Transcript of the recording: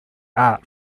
art